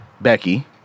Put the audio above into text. Becky